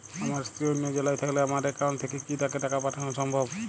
আমার স্ত্রী অন্য জেলায় থাকলে আমার অ্যাকাউন্ট থেকে কি তাকে টাকা পাঠানো সম্ভব?